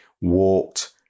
walked